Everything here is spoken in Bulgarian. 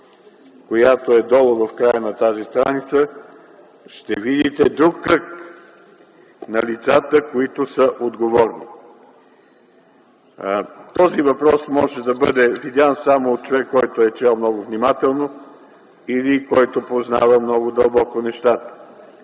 която е долу в края на тази страница, ще видите друг кръг на лицата, които са отговорни. Този въпрос може да бъде видян само от човек, който е чел много внимателно, или от човек, който много дълбоко познава